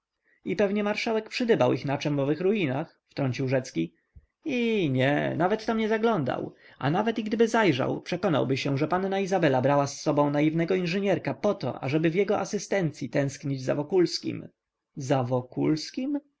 i pewnie marszałek przydybał ich na czem w owych ruinach wtrącił rzecki ii nie nawet tam nie zaglądał a gdyby i zajrzał przekonałby się że panna izabela brała z sobą naiwnego inżynierka poto ażeby w jego asystencyi tęsknić za wokulskim za